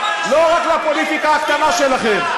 לא רק לפוליטיקה הקטנה שלכם.